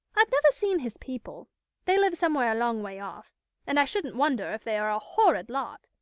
i've never seen his people they live somewhere a long way off and i shouldn't wonder if they are a horrid lot.